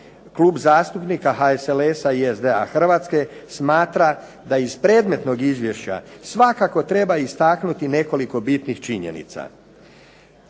Klub zastupnika HSLS-a i SDA Hrvatske smatra da iz predmetnog izvješća svakako treba istaknuti nekoliko bitnih činjenica.